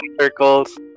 circles